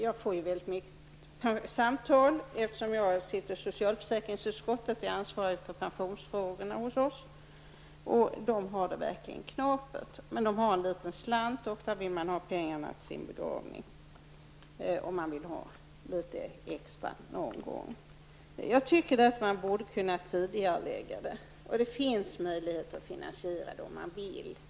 Jag får väldigt många samtal eftersom jag sitter i socialförsäkringsutskottet och är ansvarig för pensionsfrågorna hos oss. Dessa kvinnor har det verkligen knapert, men de har en liten slant. Ofta vill de ha pengarna till sin begravning och om man vill ha litet extra någon gång. Därför tycker jag att man borde kunna tidigarelägga detta. Det finns möjligheter att finansiera det, om man vill.